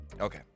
Okay